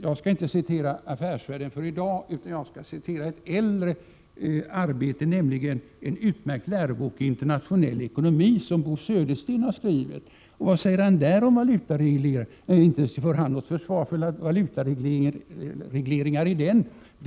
Jag skall inte citera Affärsvärlden för i dag, utan jag skall åberopa ett äldre arbete, nämligen en utmärkt lärobok i internationell ekonomi som Bo Södersten har skrivit. Och vad säger han där om valutaregleringar? Ja, inte för han något 159 försvar för valutaregleringar i den boken.